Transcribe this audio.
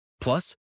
Plus